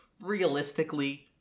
realistically